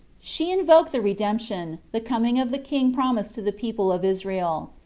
she invoked the redemption, the coming of the king promised to the people of israel,